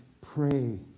pray